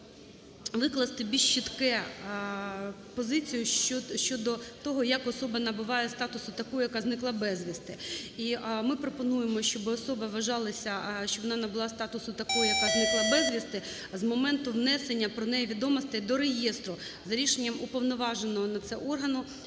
викласти більш чітку позицію щодо того, як особа набуває статусу такої, яка зникла безвісти. І ми пропонуємо, щоб особа вважалася, щоб вона набула статусу такого, яка зникла безвісти, з моменту внесення про неї відомостей до реєстру за рішенням уповноваженого на це органу